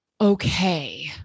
okay